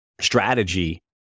strategy